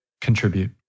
contribute